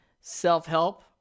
self-help